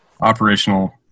operational